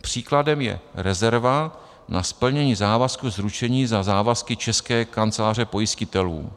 Příkladem je rezerva na splnění závazků z ručení za závazky České kanceláře pojistitelů.